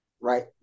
Right